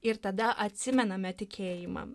ir tada atsimename tikėjimą